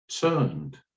turned